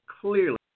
clearly